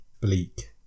Bleak